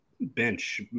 bench